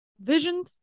Vision